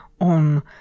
on